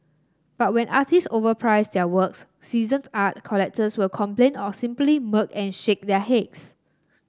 but when artist overprice their works seasoned art collectors will complain or simply smirk and shake their heads